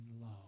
love